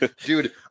Dude